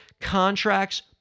contracts